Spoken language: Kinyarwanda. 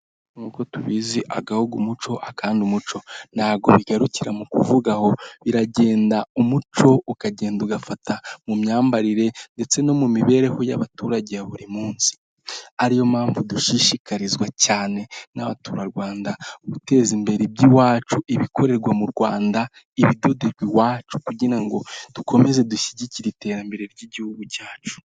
Nk'uko tubizi agahugu umuco akandi umuco. Ntabwo bigarukira mu kuvuga aho, biragenda umuco ukagenda ugafata mu myambarire ndetse no mu mibereho y'abaturage ya buri munsi, ariyo mpamvu dushishikarizwa cyane nk'abaturarwanda guteza imbere iby'iwacu, ibikorerwa mu Rwanda, ibidoderwa iwacu kugira ngo dukomeze dushyigikire iterambere ry'igihugu cyacu.